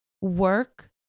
work